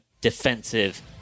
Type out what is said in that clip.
defensive